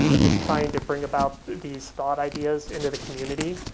just trying to bring about these thought ideas into the community.